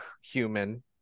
human